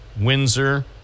Windsor